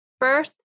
first